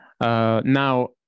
Now